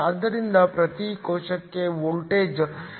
ಆದ್ದರಿಂದ ಪ್ರತಿ ಕೋಶಕ್ಕೆ ವೋಲ್ಟೇಜ್ 0